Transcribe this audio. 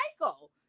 michael